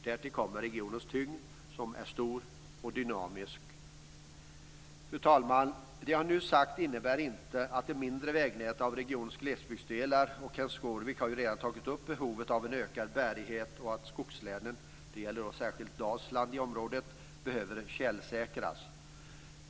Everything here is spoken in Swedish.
Därtill kommer regionens tyngd, som är stor och dynamisk. Fru talman! Det jag nu sagt innebär inte att man kan lämna det mindre vägnätet av regionens glesbygdsdelar. Kenth Skårvik har redan tagit upp behovet av ökad bärighet och att skogslänen, särskilt Dalsland, behöver tjälsäkras.